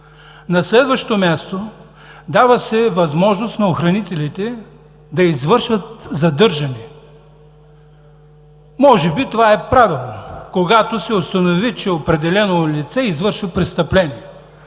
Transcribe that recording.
На следващо място, дава се възможност на охранителите да извършват задържане. Може би това е правилно, когато се установи, че определено лице извършва престъпление.